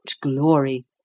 glory